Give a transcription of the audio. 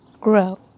Grow